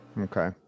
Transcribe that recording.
okay